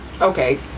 okay